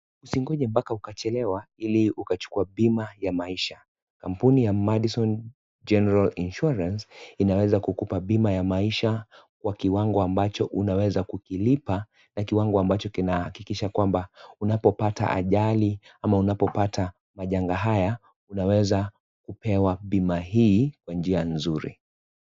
Usingoje hadi ukachelewa ili ukachukua pima ya maisha. Kampuni ya Madison General Insurance inaweza kukupea pima ya maisha kwa kiwango ambacho unaweza kukilipa na kiwango ambacho kinahakikisha kwamba unapopata ajali ama unapopata majanga haya unaweza kupewa pima hii kwa njia nzuri.